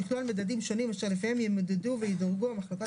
שיכלול מדדים שונים אשר לפיהם יימדדו וידורגו המחלקות